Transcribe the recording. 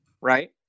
Right